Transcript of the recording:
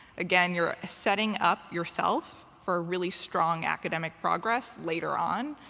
again, you're setting up yourself for really strong academic progress later on.